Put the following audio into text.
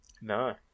No